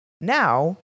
now